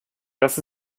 das